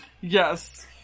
Yes